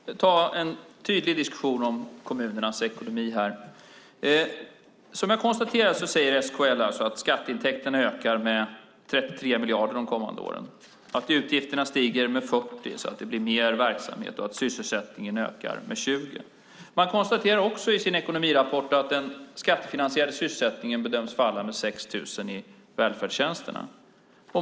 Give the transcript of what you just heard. Fru talman! Låt oss ta en tydlig diskussion om kommunernas ekonomi. Som jag konstaterar säger SKL att skatteintäkterna ökar med 33 miljarder de kommande åren, att utgifterna stiger med 40 miljarder, så att det blir mer verksamhet, och att sysselsättningen ökar med 20 000. Man konstaterar också i sin ekonomirapport att den skattefinansierade sysselsättningen bedöms falla med 6 000 i välfärdstjänsterna.